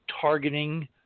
targeting